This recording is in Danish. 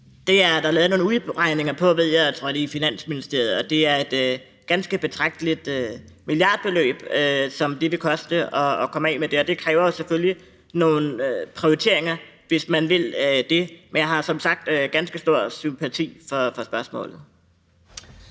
Det er der lavet nogle udregninger på, ved jeg, og jeg tror, det er i Finansministeriet, og det er et ganske betragteligt milliardbeløb, som det vil koste at komme af med det. Det kræver selvfølgelig nogle prioriteringer, hvis man vil det, men jeg har som sagt ganske stor sympati for spørgsmålet.